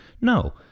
No